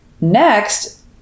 Next